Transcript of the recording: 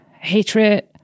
hatred